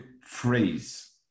phrase